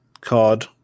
card